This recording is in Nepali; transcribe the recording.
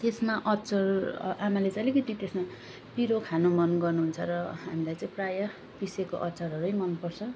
त्यसमा अचर आमाले चाहिँ अलिकति त्यसमा पिरो खानु मन गर्नुहुन्छ र हामीलाई चाहिँ प्राय पिसेको अचारहरू चाहिँ मनपर्छ